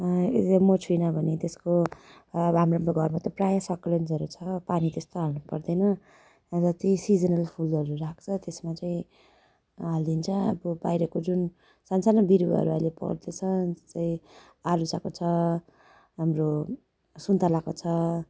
यसो म छुइनँ भने त्यस्को आ हाम्रो घरमा त प्राय सक्कुलेन्ट्सहरू छ पानी त्यस्तो हाल्नु पर्दैन र ती सिजनल फुलहरू राख्छ त्यसमा चाहिँ हालिदिन्छ अब बाहिरको जुन सानो सानो बिरुवाहरू अहिले बढ्दैठ जो चाहिँ आरुचाको छ हाम्रो सुन्तलाको छ